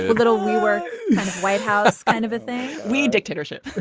little we were white house kind of a thing. we dictatorship.